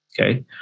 Okay